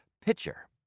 pitcher